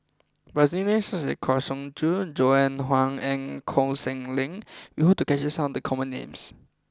by using names such as Kang Siong Joo Joan Hon and Koh Seng Leong we hope to capture some of the common names